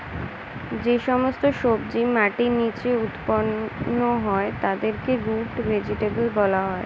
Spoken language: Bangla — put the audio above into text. যে সমস্ত সবজি মাটির নিচে উৎপন্ন হয় তাদেরকে রুট ভেজিটেবল বলা হয়